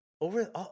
over